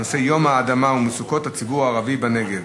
בנושא: יום האדמה ומצוקות הציבור הערבי בנגב.